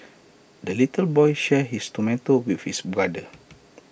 the little boy shared his tomato with his brother